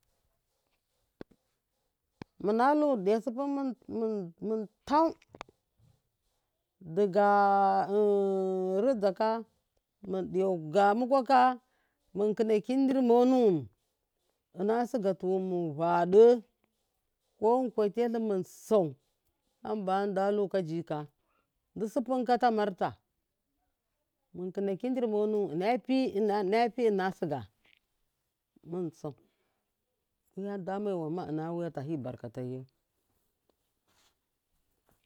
munalu mun diya subun nuwun wuntau diga rijaka mundiyau ga mukwa ka munkhuna kidirmo nuwun ina siga tuwun mun vaɗe ko mun kuwa tiyah munsan ham. Bamun da luka jika du supunka ta marta munkuna kidirmo nuwun inna pika ina siga munsan mi ham damewamma inna wiya tahi barka taiyau.